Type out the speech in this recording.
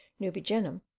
nubigenum